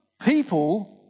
people